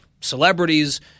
celebrities